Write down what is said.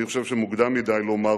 אני חושב שמוקדם מדי לומר זאת.